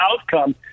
outcome